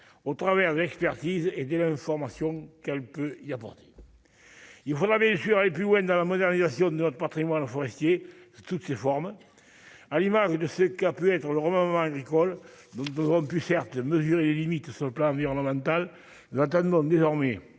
au travers l'expertise et de l'information qu'elle peut-il y avoir dit il vous laver avez j'irai plus loin dans la modernisation de notre Patrimoine forestier toutes ses formes, à l'image de ce qu'a pu être le roman agricole, nous ne pouvons plus certes mesuré les limites sur le plan environnemental l'entendement désormais